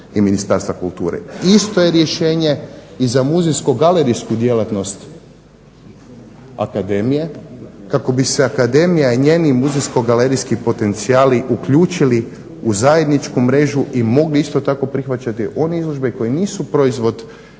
i Ministarstva kulture. Isto je rješenje i za muzejsko-galerijsku djelatnost Akademije kako bi se Akademija i njeni muzejsko-galerijski potencijali uključili u zajedničku mrežu i mogli isto tako prihvaćati one izložbe koje nisu proizvod